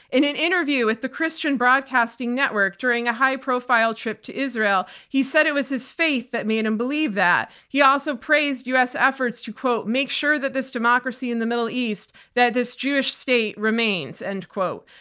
in an interview with the christian broadcasting network during a high-profile trip to israel he said it was his faith that made him believe that. he also praised us efforts to, quote, make sure that this democracy in the middle east, that this jewish state, remains, end quote.